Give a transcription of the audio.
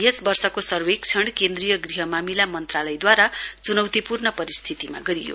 यस वर्षको सर्वेङण केन्द्रीय गृह मामिला मन्त्रालयद्वारा चुनौतीपूर्ण परिस्थितिमा गरियो